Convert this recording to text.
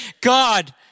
God